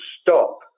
stop